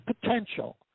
potential